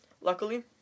Luckily